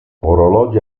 orologi